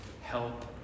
Help